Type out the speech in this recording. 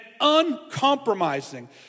Uncompromising